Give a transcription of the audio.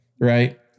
Right